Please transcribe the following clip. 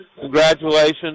congratulations